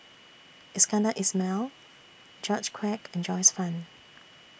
Iskandar Ismail George Quek and Joyce fan